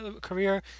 career